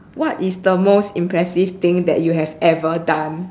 what is the most impressive thing that you have ever done